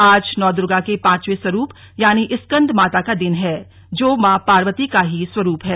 आज नौ दुर्गा के पांचवें स्वरूप यानि स्कंदमाता का दिन है जो मां पार्वती का ही स्वरूप है